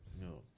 No